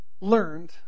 learned